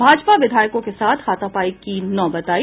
भाजपा विधायकों के साथ हाथापाई की नौबत आई